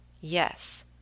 yes